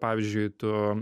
pavyzdžiui tu